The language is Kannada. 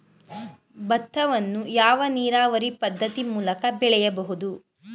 ಭತ್ತವನ್ನು ಯಾವ ನೀರಾವರಿ ಪದ್ಧತಿ ಮೂಲಕ ಬೆಳೆಯಬಹುದು?